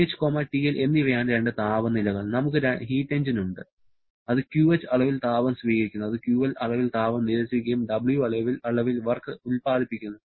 TH TL എന്നിവയാണ് രണ്ട് താപനിലകൾ നമുക്ക് ഹീറ്റ് എഞ്ചിൻ ഉണ്ട് അത് QH അളവിൽ താപം സ്വീകരിക്കുന്നു അത് QL അളവിൽ താപം നിരസിക്കുകയും W അളവിൽ വർക്ക് ഉല്പാദിപ്പിക്കുന്നു